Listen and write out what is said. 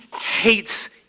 hates